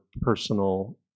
personal